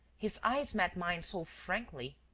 his eyes met mine so frankly!